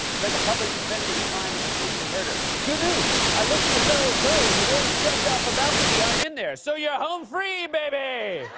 it's like a public defender's client who's accused of murder. good news! i looked in the federal code, and the words shoved off a balcony aren't in there. so you're home free, baby!